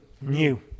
new